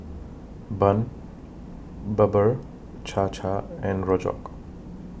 Bun Bubur Cha Cha and Rojak